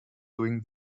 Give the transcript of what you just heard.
during